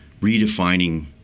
redefining